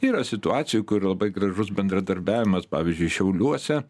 yra situacijų kur labai gražus bendradarbiavimas pavyzdžiui šiauliuose